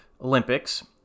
olympics